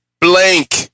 blank